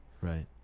right